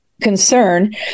concern